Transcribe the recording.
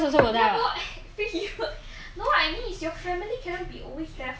that means like if I have a sister my my sister won't be there for me forever lah